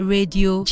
Radio